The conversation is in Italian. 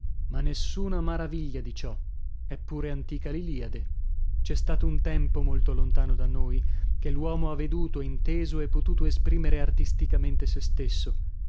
ma nessuna maraviglia di ciò è pure antica l'iliade c'è stato un tempo molto lontano da noi che l'uomo ha veduto inteso e potuto esprimere artisticamente sè stesso